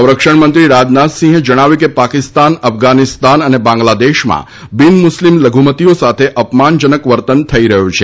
સંરક્ષણમંત્રી રાજનાથસિંહે જણાવ્યું છે કે પાકિસ્તાન અફઘાનિસ્તાન અને બાંગ્લાદેશમાં બિન મુસ્લિમ લધુમતીઓ સાથે અપમાનજનક વર્તન થઇ રહ્યું છે